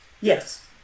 Yes